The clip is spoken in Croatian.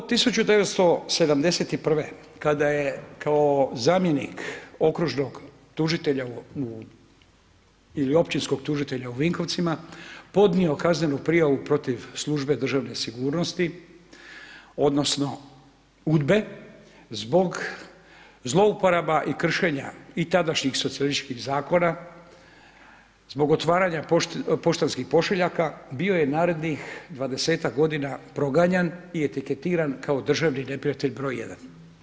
Od 1971. kada je kao zamjenik okružnog tužitelja ili općinskog tužitelja u Vinkovcima podnio kaznenu prijavu protiv službe državne sigurnosti, odnosno UDBA-e zbog zlouporaba i kršenja i tadašnjih socijalističkih zakona zbog otvaranja poštanskih pošiljaka bio je narednih dvadesetak godina proganjan i etiketiran kao državni neprijatelj broj jedan.